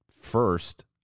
first